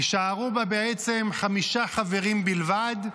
יישארו בה בעצם חמישה חברים בלבד,